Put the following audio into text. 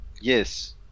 yes